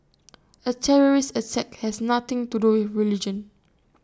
A terrorist act has nothing to do with religion